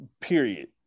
period